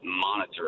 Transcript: monitor